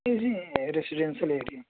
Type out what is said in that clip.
جی جی ریسیڈنشیل ایرئے